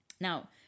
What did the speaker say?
Now